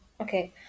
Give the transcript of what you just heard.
Okay